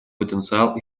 потенциал